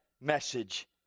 message